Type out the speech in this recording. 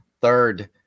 Third